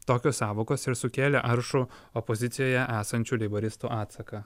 tokios sąvokos ir sukėlė aršų opozicijoje esančių leiboristų atsaką